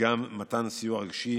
וגם מתן סיוע רגשי